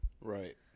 Right